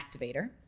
Activator